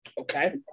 okay